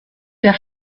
der